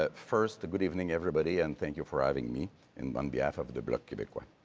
ah first, good evening, everybody, and thank you for having me and on behalf of the bloc quebecois.